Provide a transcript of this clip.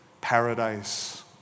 paradise